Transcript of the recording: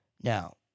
Now